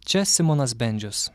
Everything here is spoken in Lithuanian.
čia simonas bendžius